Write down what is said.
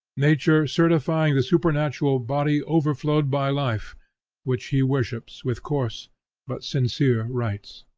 nature certifying the supernatural, body overflowed by life which he worships with coarse but sincere rites.